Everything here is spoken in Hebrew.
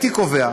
דוברים.